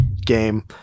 game